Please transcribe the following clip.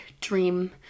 dream